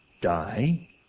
die